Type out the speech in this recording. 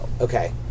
okay